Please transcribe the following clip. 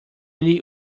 lhe